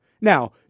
Now